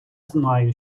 знаю